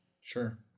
Sure